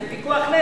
זה פיקוח נפש.